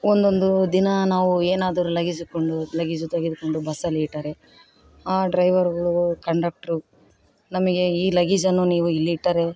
ಒಂದೊಂದು ದಿನ ನಾವು ಏನಾದರು ಲಗೇಜು ಕೊಂಡು ಲಗೇಜು ತೆಗೆದುಕೊಂಡು ಬಸ್ಸಲ್ಲಿ ಇಟ್ಟರೆ ಆ ಡ್ರೈವರ್ಗಳು ಕಂಡಕ್ಟ್ರು ನಮಗೆ ಈ ಲಗೇಜನ್ನು ನೀವು ಇಲ್ಲಿ ಇಟ್ಟರೆ